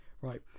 right